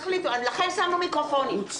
לכן שמנו מיקרופונים.